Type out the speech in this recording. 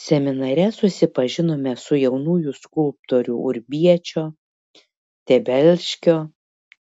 seminare susipažinome su jaunųjų skulptorių urbiečio tebelškio